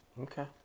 Okay